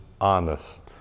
honest